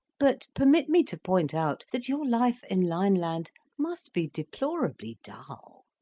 but permit me to point out that your life in lineland must be deplorably dull.